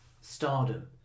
stardom